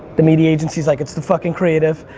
the media agency's like, it's the fucking creative.